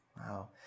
Wow